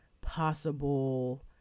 possible